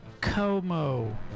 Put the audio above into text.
como